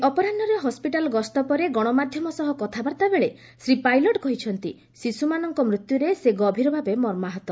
ଆଜି ଅପରାହ୍ନରେ ହସ୍କିଟାଲ ଗସ୍ତ ପରେ ଗଣମାଧ୍ୟମ ସହ କଥାବାର୍ତ୍ତା ବେଳେ ଶ୍ରୀ ପାଇଲଟ କହିଛନ୍ତି ଶିଶୁମାନଙ୍କ ମୃତ୍ୟୁରେ ସେ ଗଭୀର ଭାବେ ମର୍ମାହତ